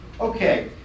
Okay